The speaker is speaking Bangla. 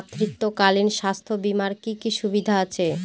মাতৃত্বকালীন স্বাস্থ্য বীমার কি কি সুবিধে আছে?